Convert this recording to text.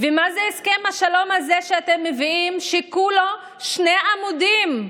ומה זה הסכם השלום הזה שאתם מביאים שכולו שני עמודים?